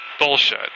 bullshit